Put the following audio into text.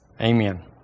amen